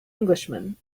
englishman